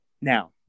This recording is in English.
Now